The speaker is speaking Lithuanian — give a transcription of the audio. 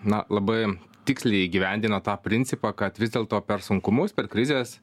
na labai tiksliai įgyvendino tą principą kad vis dėlto per sunkumus per krizes